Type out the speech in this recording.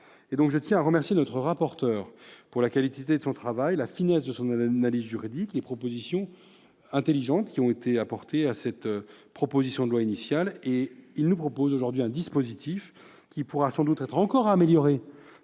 Je tiens à remercier notre rapporteur de la qualité de son travail, la finesse de son analyse juridique et l'intelligence des apports faits à la proposition de loi initiale. Il nous propose aujourd'hui un dispositif qui pourra sans doute encore être amélioré